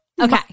Okay